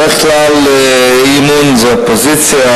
בדרך כלל אי-אמון זה אופוזיציה,